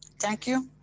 thank you.